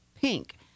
pink